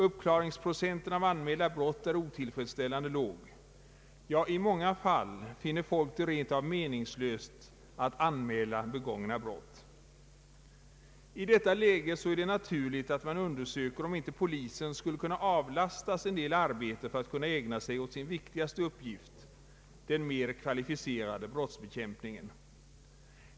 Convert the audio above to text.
Uppklaringsprocenten av anmälda brott är otillfredsställande låg, ja, i många fall finner folk det rent av meningslöst att anmäla begångna brott. I detta läge är det naturligt att man undersöker om inte polisen skulle kun na avlastas en del arbete för att kunna ägna sig åt sin viktigaste uppgift, den mer kvalificerade brottsbekämpningen.